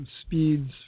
speeds